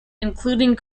including